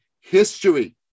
history